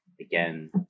Again